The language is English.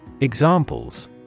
Examples